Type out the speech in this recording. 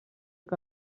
que